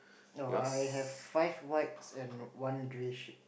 oh I have five whites and one grey ship